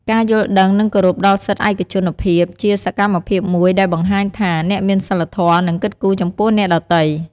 ការយល់ដឹងនិងគោរពដល់សិទ្ធិឯកជនភាពជាសកម្មភាពមួយដែលបង្ហាញថា អ្នកមានសីលធម៌ និងគិតគូរចំពោះអ្នកដទៃ។